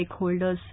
stakeholders